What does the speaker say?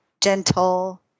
gentle